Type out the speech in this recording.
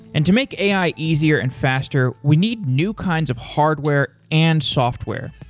and to make ai easier and faster, we need new kinds of hardware and software,